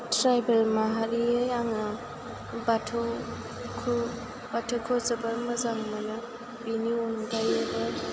tribal माहारियै आङो बाथौखौ बाथौखौ जोबोर मोजां मोनो बेनि अनगायैबो